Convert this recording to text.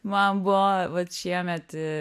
man buvo vat šiemet